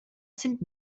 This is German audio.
sind